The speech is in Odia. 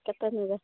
କେତେ ନେବେ